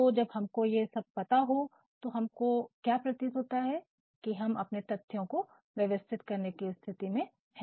तो जब हमको ये सब पता हो तो तो हमको क्या प्रतीत होता है कि हम अपने तथ्यों कि व्यवस्थित करने कि स्थिति में है